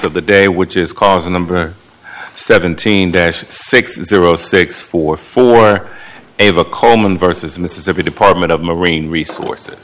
so the day which is causing number seventeen day six six zero six four four eva coleman versus mississippi department of marine resources